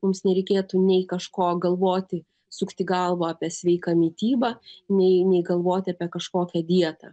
mums nereikėtų nei kažko galvoti sukti galvą apie sveiką mitybą nei nei galvoti apie kažkokią dietą